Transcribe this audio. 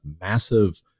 massive